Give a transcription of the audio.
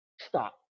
stop